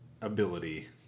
ability